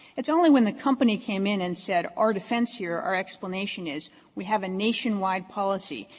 it's only when the company came in and said our defense here, our explanation is we have a nationwide policy,